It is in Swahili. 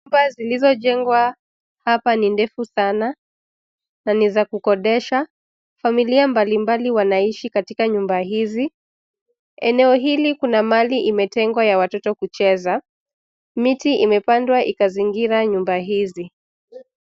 Nyumba zilizojengwa hapa ni ndefu sana, na ni za kukodesha, familia mbalimbali wanaishi katika nyumba hizi. Eneo hili kuna mahali imetengwa ya watoto kucheza. Miti imepandwa ikazingira nyumba hizi.